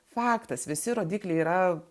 faktas visi rodikliai yra